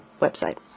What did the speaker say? website